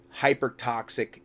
hypertoxic